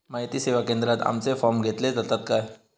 माहिती सेवा केंद्रात आमचे फॉर्म घेतले जातात काय?